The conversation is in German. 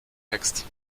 text